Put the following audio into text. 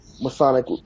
Masonic